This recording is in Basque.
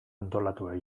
antolatua